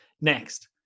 Next